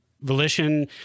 volition